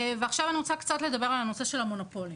ועכשיו אני רוצה קצת לדבר על הנושא של המונופולים.